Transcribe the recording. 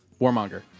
Warmonger